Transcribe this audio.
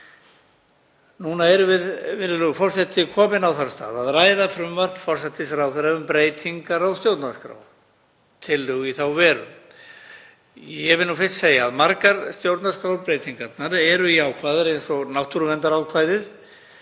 Núna erum við, virðulegur forseti, komin á þann stað að ræða frumvarp forsætisráðherra um breytingar á stjórnarskrá, tillögu í þá veru. Ég vil fyrst segja að margar stjórnarskrárbreytingarnar eru jákvæðar, eins og náttúruverndarákvæðið